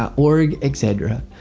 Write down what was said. org, etc,